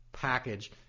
Package